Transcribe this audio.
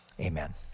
Amen